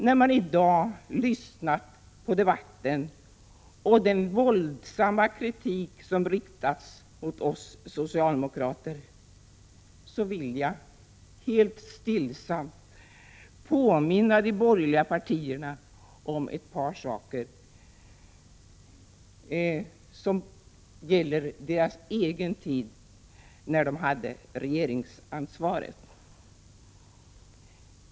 När man i dag har lyssnat på debatten och den våldsamma kritik som riktas mot oss socialdemokrater vill jag helt stillsamt påminna de borgerliga partierna om ett par saker som gäller den tid då de hade regeringsansvaret.